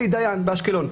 אלי דיין באשקלון.